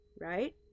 right